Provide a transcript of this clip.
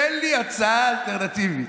תן לי הצעה אלטרנטיבית.